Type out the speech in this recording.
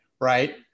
Right